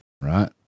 Right